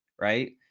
right